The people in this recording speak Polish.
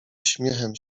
śmiechem